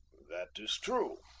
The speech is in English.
that is true,